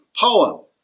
poem